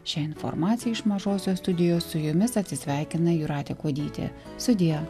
šia informacija iš mažosios studijos su jumis atsisveikina jūratė kuodytė sudie